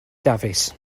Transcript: dafis